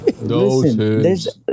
Listen